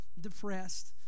depressed